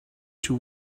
two